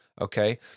okay